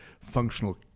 functional